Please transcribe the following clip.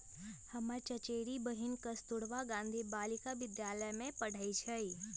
हमर चचेरी बहिन कस्तूरबा गांधी बालिका विद्यालय में पढ़इ छइ